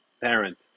parent